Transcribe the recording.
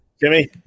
Jimmy